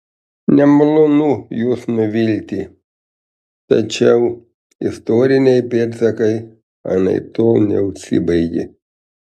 nemalonu jus nuvilti tačiau istoriniai pėdsakai anaiptol neužsibaigė